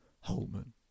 Holman